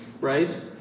right